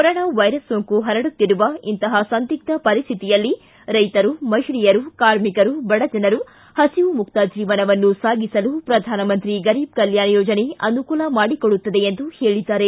corona virus ಸೋಂಕು ಪರಡುತ್ತಿರುವ ಇಂತಹ ಸಂದಿಗ್ದ ಪರಿಸ್ಠಿಯಲ್ಲಿ ರೈತರು ಮಹಿಳೆಯರು ಕಾರ್ಮಿಕರು ಬಡಜನರು ಹಸಿವು ಮುಕ್ತ ಜೀವನವನ್ನು ಸಾಗಿಸಲು ಪ್ರಧಾನಮಂತ್ರಿ ಗರೀಬ್ ಕಲ್ಕಾಣ ಯೋಜನೆ ಅನುಕೂಲ ಮಾಡಿಕೊಡುತ್ತದೆ ಎಂದು ಹೇಳಿದ್ದಾರೆ